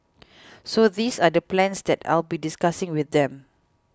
so these are the plans that I'll be discussing with them